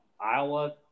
Iowa